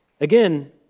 Again